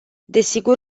desigur